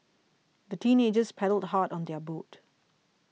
the teenagers paddled hard on their boat